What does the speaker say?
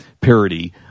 parody